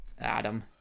adam